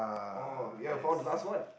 oh ya for the last one